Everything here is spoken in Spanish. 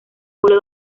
pueblo